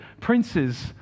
princes